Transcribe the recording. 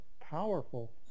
powerful